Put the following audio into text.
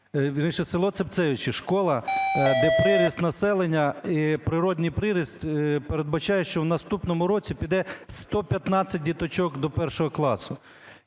вірніше, село Цепцевичі, школа, де приріст населення і природній приріст передбачає, що в наступному році піде 115 діточок до першого класу.